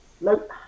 nope